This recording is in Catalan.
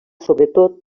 sobretot